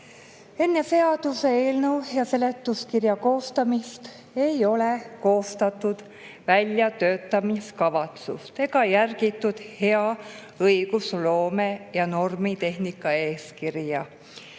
Enne seaduseelnõu ja seletuskirja koostamist ei ole koostatud väljatöötamiskavatsust ega järgitud hea õigusloome ja normitehnika eeskirja.